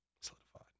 Solidified